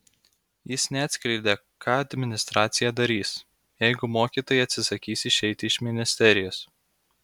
jis neatskleidė ką administracija darys jeigu mokytojai atsisakys išeiti iš ministerijos